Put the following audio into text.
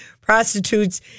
prostitutes